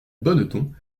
bonneton